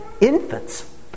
infants